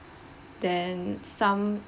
then some